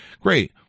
great